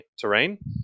terrain